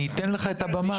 אני אתן לך את הבמה,